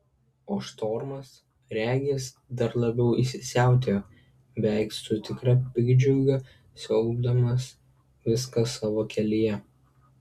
o štormas regis dar labiau įsisiautėjo beveik su tikra piktdžiuga siaubdamas viską savo kelyje